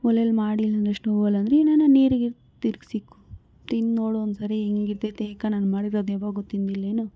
ಒಲೇಲಿ ಮಾಡಿಲ್ಲ ಅಂದ್ರೆ ಸ್ಟೌವಲ್ಲಾದ್ರೆ ಏನಾನ ನೀರಿಗೆ ತಿರ್ಗ್ಸಿಕ್ಕೋ ತಿಂದು ನೋಡು ಒಂದ್ಸರಿ ಹೆಂಗೆ ಇರ್ತೈತಿ ಯಾಕೆ ನಾನು ಮಾಡಿರೋದು ಯಾವಾಗಲು ತಿಂದಿಲ್ಲೇನು